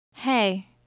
Hey